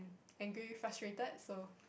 angry frustrated so